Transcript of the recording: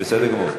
בסדר גמור.